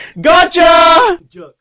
gotcha